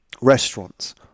Restaurants